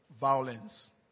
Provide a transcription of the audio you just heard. violence